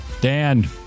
Dan